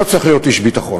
לא צריך להיות איש ביטחון.